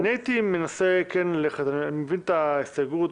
אני מבין את ההסתייגות,